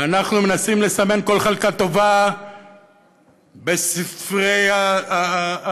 ואנחנו מנסים לסמן כל חלקה טובה בספרי האזרחות